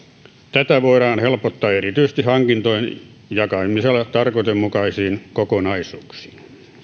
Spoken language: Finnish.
tätä voidaan helpottaa erityisesti hankintojen jakamisella tarkoituksenmukaisiin kokonaisuuksiin